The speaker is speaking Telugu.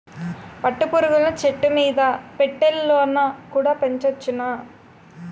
పట్టు పురుగులను చెట్టుమీద పెట్టెలలోన కుడా పెంచొచ్చును